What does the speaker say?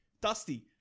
Dusty